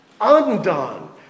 undone